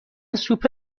سوپ